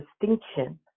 distinction